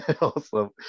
Awesome